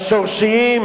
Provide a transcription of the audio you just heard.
השורשיים,